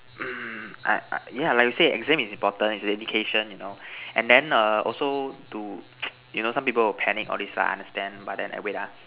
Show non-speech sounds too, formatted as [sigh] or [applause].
[coughs] uh yeah like you said exam is important is indication you know and then err also to [noise] you know some people will panic all this lah understand but then err wait ah